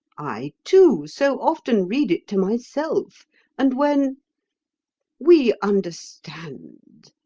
i, too, so often read it to myself and when we understand.